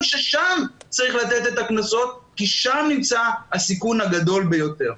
כאשר שם צריך לתת את הקנסות כי שם נמצא הסיכון הגדול ביותר.